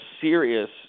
serious